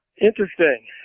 Interesting